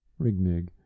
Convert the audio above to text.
Rigmig